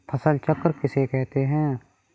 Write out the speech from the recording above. फसल चक्र किसे कहते हैं?